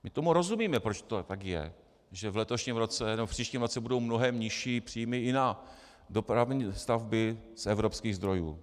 My tomu rozumíme, proč to tak je, že v letošním roce, nebo v příštím roce budou mnohem nižší příjmy i na dopravní stavby z evropských zdrojů.